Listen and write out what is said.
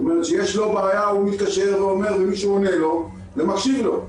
זאת אומרת שכאשר יש לו בעיה הוא מתקשר ואומר ומישהו עונה לו ומקשיב לו.